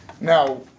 Now